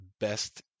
best